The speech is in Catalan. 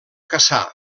cassà